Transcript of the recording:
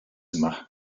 yma